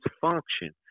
function